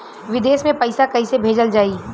विदेश में पईसा कैसे भेजल जाई?